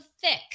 thick